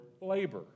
labor